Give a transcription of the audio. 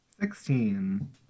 Sixteen